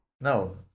No